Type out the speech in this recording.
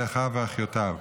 אל אחיו ואחיותיו.